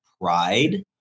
Pride